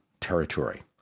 Territory